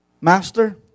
Master